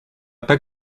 pas